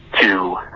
two